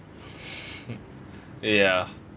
ya